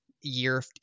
year